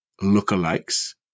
lookalikes